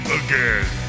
again